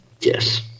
Yes